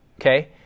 Okay